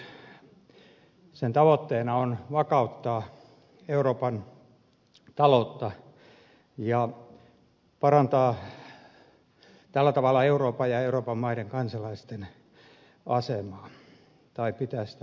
tämän lisäbudjettiesityksen tavoitteena on vakauttaa euroopan taloutta ja parantaa tällä tavalla euroopan ja euroopan maiden kansalaisten asemaa tai pitää sitä ainakin yllä